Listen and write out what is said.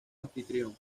anfitrión